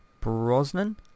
brosnan